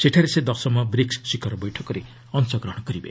ସେଠାରେ ସେ ଦଶମ ବ୍ରିକ୍ସ ଶିଖର ବୈଠକରେ ଅଂଶଗ୍ରହଣ କରିବେ